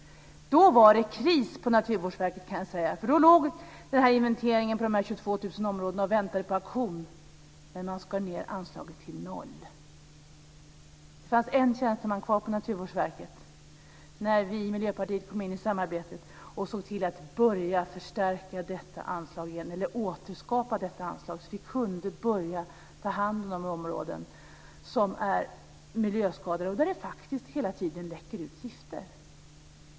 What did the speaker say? Då var det kris på Naturvårdsverket, kan jag säga. Då låg inventeringen av de 22 000 områdena och väntade på aktion, men man skar ned anslaget till noll. Det fanns en tjänsteman kvar på Naturvårdsverket när Miljöpartiet kom in i samarbetet och såg till att börja förstärka detta anslag, eller återskapa det, så att vi kunde börja ta hand om de områden som är miljöskadade och där det hela tiden läcker ut gifter.